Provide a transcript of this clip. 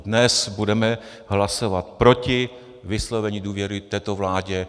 Dnes budeme hlasovat proti vyslovení důvěry této vládě.